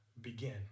begin